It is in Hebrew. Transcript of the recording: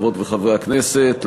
חברות וחברי הכנסת,